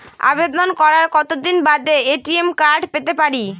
আবেদন করার কতদিন বাদে এ.টি.এম কার্ড পেতে পারি?